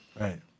Right